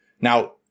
Now